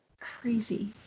crazy